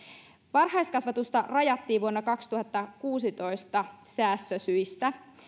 varhaiskasvatusta rajattiin vuonna kaksituhattakuusitoista säästösyistä